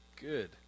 Good